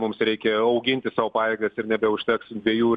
mums reikia auginti savo pajėgas ir nebeužteks dviejų